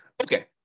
Okay